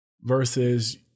versus